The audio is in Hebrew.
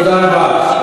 אין בעיה.